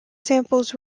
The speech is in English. samples